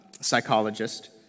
psychologist